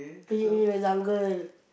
pee in the jungle